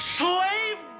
slave